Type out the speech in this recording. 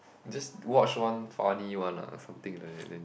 just watch one funny one ah something like that then